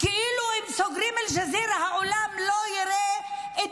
כאילו אם סוגרים את אל-גז'ירה העולם לא יראה את